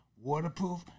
waterproof